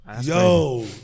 Yo